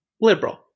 liberal